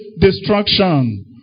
destruction